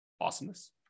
Awesomeness